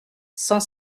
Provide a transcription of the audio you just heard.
cent